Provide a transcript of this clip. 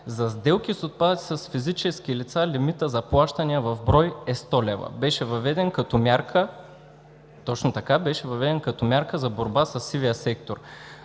за сделки с отпадъци с физически лица лимитът за плащания в брой е 100 лв. (Реплика.) Точно така, беше въведен като мярка за борба със сивия сектор.